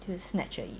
就 snatch 而已